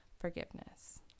forgiveness